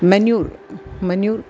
manure manure